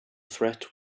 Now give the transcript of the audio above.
threat